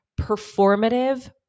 performative